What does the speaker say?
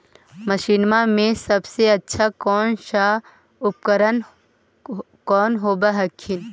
मसिनमा मे सबसे अच्छा कौन सा उपकरण कौन होब हखिन?